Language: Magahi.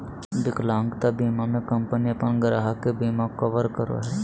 विकलांगता बीमा में कंपनी अपन ग्राहक के बिमा कवर करो हइ